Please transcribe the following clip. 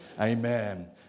Amen